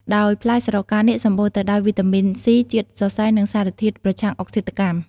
ដោយផ្លែស្រកានាគ សំបូរទៅដោយ វីតាមីន ស៊ី ជាតិសរសៃ និងសារធាតុប្រឆាំងអុកស៊ីតកម្ម។